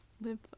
live